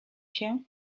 się